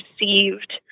received